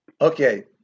Okay